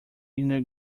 inner